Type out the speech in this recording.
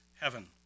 heaven